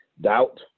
doubt